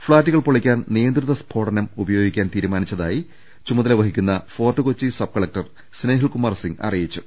ഫ്ളാറ്റുകൾ പൊളിക്കാൻ നിയന്ത്രിത സ്ഫോടനം ഉപയോ ഗിക്കാൻ തീരുമാനിച്ചതായി ഇതിന്റെ ചുമതല വഹിക്കുന്ന ഫോർട്ട് കൊച്ചി സബ് കലക്ടർ സ്നേഹിൽകുമാർ സിംഗ് അറിയിച്ചു